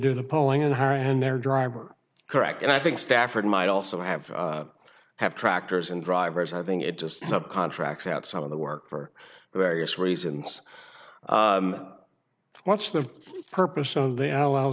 do the polling and her and their driver correct and i think stafford might also have have tractors and drivers i think it's just some contracts out some of the work for various reasons what's the purpose of the